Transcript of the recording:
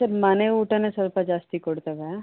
sir ಮನೆ ಊಟನೇ ಸ್ವಲ್ಪ ಜಾಸ್ತಿ ಕೊಡ್ತೇವೆ